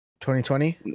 2020